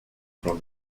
from